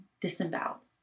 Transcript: disemboweled